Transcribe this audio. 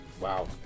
Wow